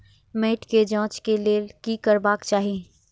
मैट के जांच के लेल कि करबाक चाही?